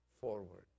forward